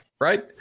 right